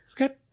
Okay